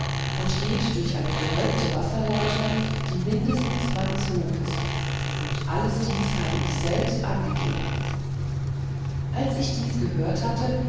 und geht durch eine gewölbte wasserleitung die wenigstens mannshoch ist und alles dies habe ich selbst angegeben als ich dies gehört hatte